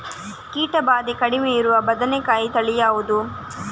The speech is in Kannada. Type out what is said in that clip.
ಕೀಟ ಭಾದೆ ಕಡಿಮೆ ಇರುವ ಬದನೆಕಾಯಿ ತಳಿ ಯಾವುದು?